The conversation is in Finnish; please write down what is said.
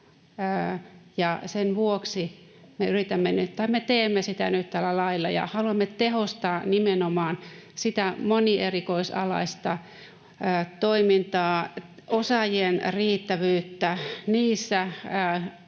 sen vuoksi me teemme sitä nyt tällä lailla. Haluamme tehostaa nimenomaan sitä monierikoisalaista toimintaa ja osaajien riittävyyttä niissä